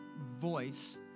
voice